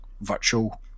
virtual